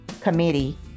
committee